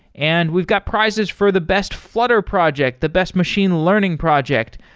and we've got prizes for the best flutter project, the best machine learning project.